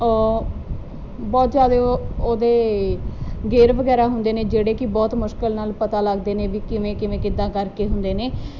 ਬਹੁਤ ਜਿਆਦੇ ਉਹਦੇ ਗੇਅਰ ਵਗੈਰਾ ਹੁੰਦੇ ਨੇ ਜਿਹੜੇ ਕਿ ਬਹੁਤ ਮੁਸ਼ਕਿਲ ਨਾਲ ਪਤਾ ਲੱਗਦੇ ਨੇ ਵੀ ਕਿਵੇਂ ਕਿਵੇਂ ਕਿਦਾਂ ਕਰਕੇ ਹੁੰਦੇ ਨੇ